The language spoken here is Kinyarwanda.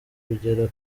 kugera